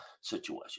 situation